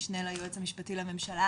משנה ליועץ המשפטי לממשלה,